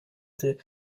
the